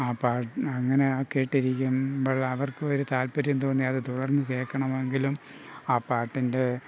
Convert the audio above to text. ആ അങ്ങനെ ആ കേട്ടിരിക്കുമ്പോൾ അവർക്കും ഒരു താൽപ്പര്യം തോന്നി അത് തുടർന്ന് കേൾക്കണമെങ്കിലും ആ പാട്ടിൻ്റെ